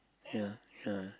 ya ya